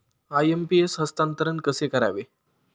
IMPS हस्तांतरण कसे करावे?